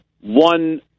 one